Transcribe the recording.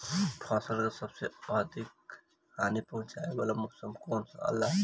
फसल के सबसे अधिक हानि पहुंचाने वाला मौसम कौन हो ला?